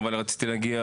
ואין תורים.